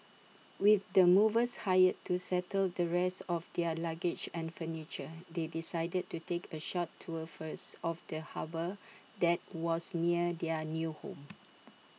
with the movers hired to settle the rest of their luggage and furniture they decided to take A short tour first of the harbour that was near their new home